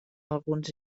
alguns